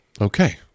Okay